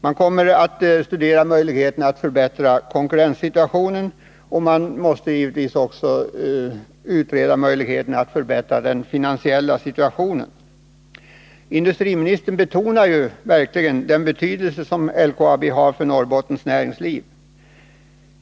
Man kommer att studera möjligheterna att förbättra konkurrenssituationen. Givetvis måste man också utreda möjligheterna att förbättra den finansiella situationen. Industriministern betonade verkligen den betydelse som LKAB har för Norrbottens näringsliv.